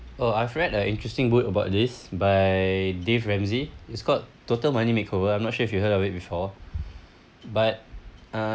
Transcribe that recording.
oh I've read a interesting book about this by dave ramsey it's called total money makeover I'm not sure if you heard of it before but uh